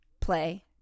play